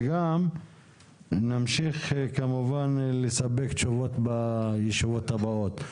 וגם נמשיך כמובן לספק תשובות בישיבות הבאות.